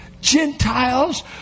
Gentiles